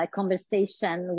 conversation